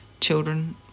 children